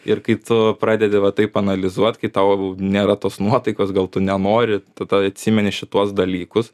ir kai tu pradedi va taip analizuot kai tau nėra tos nuotaikos gal tu nenori tada atsimeni šituos dalykus